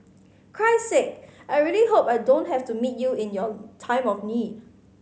Christ Sake I really hope I don't have to meet you in your time of need